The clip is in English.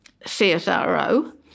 CSRO